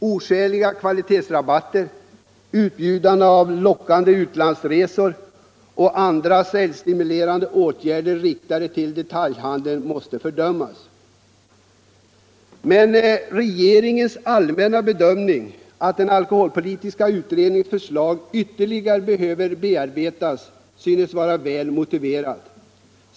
Oskäliga kvantitetsrabatter, utbjudande av lockande utlandsresor och andra säljstimulerande åtgärder riktade till detaljhandeln måste fördömas. Men regeringens allmänna bedömning att den alkoholpolitiska utredningens förslag ytterligare behöver bearbetas synes vara väl motiverad.